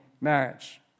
marriage